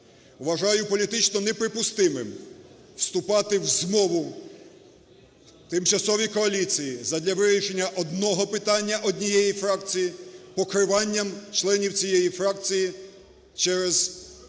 Вважаю політично неприпустимим вступати в змову тимчасовій коаліції задля вирішення одного питання однієї фракції покриванням членів цієї фракції через